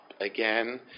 again